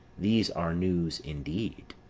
these are news indeed!